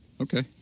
Okay